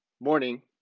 morning